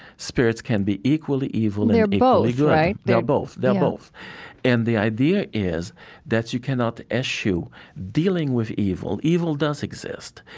spirits can be equally evil they're both, right? they're both, they're both yeah and the idea is that you cannot eschew dealing with evil. evil does exist,